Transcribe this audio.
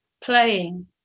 playing